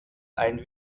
ein